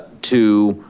to